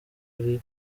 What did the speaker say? ari